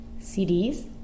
CDs